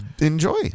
enjoy